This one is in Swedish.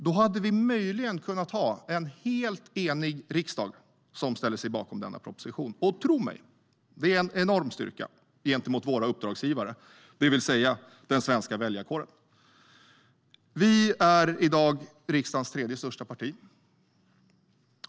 Då hade vi möjligen haft en helt enig riksdag som ställer sig bakom denna proposition. Tro mig! Det är en enorm styrka gentemot våra uppdragsgivare, det vill säga den svenska väljarkåren. Sverigedemokraterna är i dag riksdagens tredje största parti.